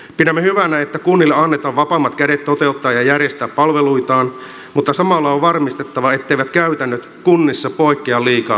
pidämme hyvänä että kunnille annetaan vapaammat kädet toteuttaa ja järjestää palveluitaan mutta samalla on varmistettava etteivät käytännöt kunnissa poikkea liikaa toisistaan